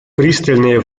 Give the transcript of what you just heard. пристальное